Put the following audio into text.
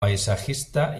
paisajista